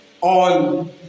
on